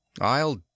I'll